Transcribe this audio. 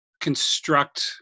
construct